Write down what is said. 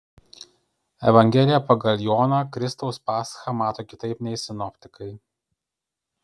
evangelija pagal joną kristaus paschą mato kitaip nei sinoptikai